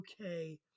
okay